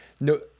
No